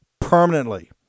permanently